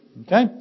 Okay